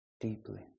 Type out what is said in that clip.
deeply